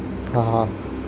ஆஹா